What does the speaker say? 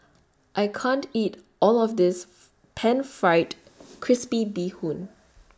I can't eat All of This Pan Fried Crispy Bee Hoon